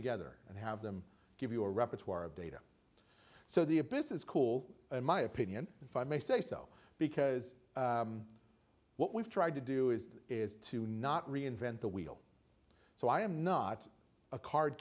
together and have them give you a repertoire of data so the abyss is cool in my opinion if i may say so because what we've tried to do is is to not reinvent the wheel so i am not a card